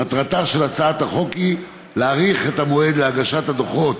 מטרתה של הצעת החוק היא להאריך את המועד להגשת הדוחות